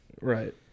Right